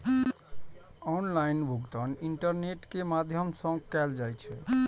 online भुगतान internet के माध्यम सं कैल जाइ छै